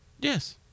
yes